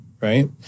right